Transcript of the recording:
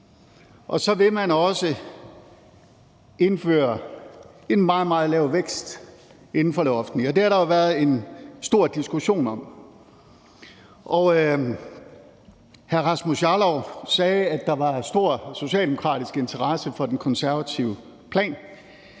anden side også indføre en meget, meget lav vækst inden for det offentlige. Det har der jo været en stor diskussion om. Hr. Rasmus Jarlov sagde, at der var stor socialdemokratisk interesse for den konservative plan